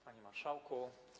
Panie Marszałku!